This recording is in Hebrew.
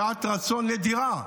שעת רצון נדירה,